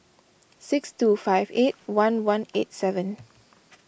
six two five eight one one eight seven